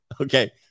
Okay